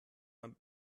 man